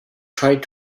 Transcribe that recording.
tried